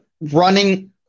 running